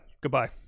Goodbye